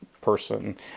person